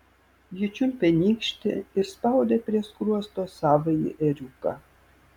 ji čiulpė nykštį ir spaudė prie skruosto savąjį ėriuką